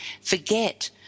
forget